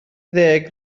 ddeg